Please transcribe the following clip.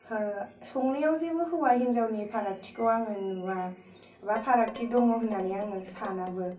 हो संनायाव जेबो हौवा हिन्जावनि फारागथिखौ आङो नुवा एबा फारागथि दं होननानै आङो सानाबो